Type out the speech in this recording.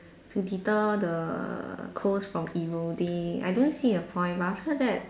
to deter the coast from eroding I don't see a point but after that